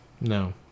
No